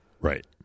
Right